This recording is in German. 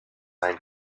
sein